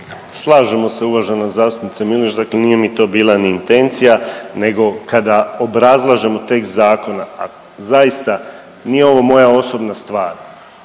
Slažemo se, uvaženi zastupnica Miloš, dakle nije mi to bila ni intencija nego kada obrazlažemo tekst zakona, a zaista nije ovo moja osobna stvar,